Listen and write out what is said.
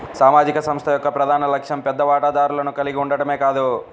సామాజిక సంస్థ యొక్క ప్రధాన లక్ష్యం పెద్ద వాటాదారులను కలిగి ఉండటమే కాదు